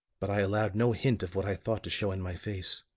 but i allowed no hint of what i thought to show in my face.